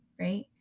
right